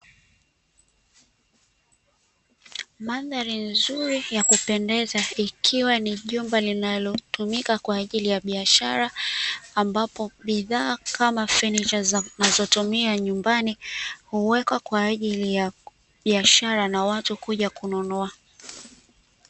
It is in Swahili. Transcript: Mandhari nzuri ya kupendeza, ikiwa ni jumba linalotumika kwa ajili ya biashara ambapo bidhaa kama samani tunazotumia nyumbani huwekwa kwa ajili ya biashara na watu kuja kunununa.